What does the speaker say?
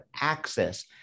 access